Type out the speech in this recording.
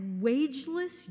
wageless